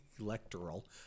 electoral